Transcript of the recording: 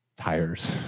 tires